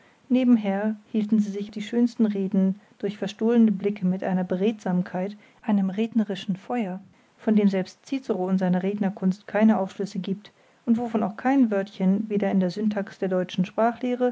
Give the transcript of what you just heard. nebenher hielten sie sich die schönsten reden durch verstohlene blicke mit einer beredsamkeit einem rednerischen feuer von dem selbst cicero in seiner rednerkunst keine aufschlüsse gibt und wovon auch kein wörtchen weder in der syntax der deutschen